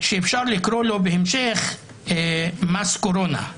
שאפשר לקרוא לו בהמשך "מס קורונה",